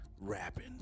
rapping